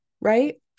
right